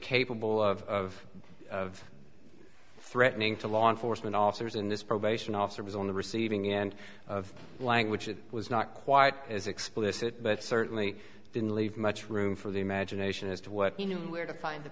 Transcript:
capable of of threatening to law enforcement officers and this probation officer was on the receiving end of language that was not quite as explicit certainly didn't leave much room for the imagination as to what you know where to find